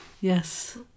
Yes